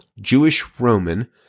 Jewish-Roman